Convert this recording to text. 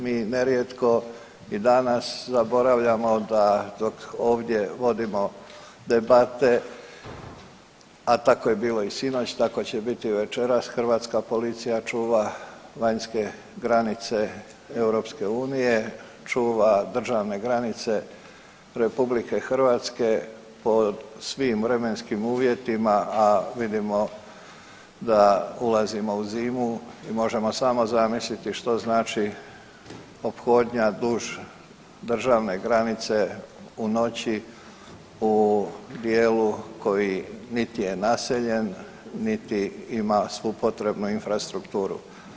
Mi nerijetko i danas zaboravljamo da dok ovdje vodimo debate, a tako je bilo i sinoć, tako će biti i večeras, hrvatska policija čuva vanjske granice EU, čuva državne granice RH po svim vremenskim uvjetima, a vidimo da ulazimo u zimu i možemo samo zamisliti što znači ophodnja duž državne granice u noći u dijelu koji nit je naseljen niti ima svu potrebnu infrastrukturu.